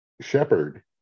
Shepherd